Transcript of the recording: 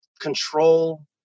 control